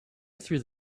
through